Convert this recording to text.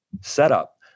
setup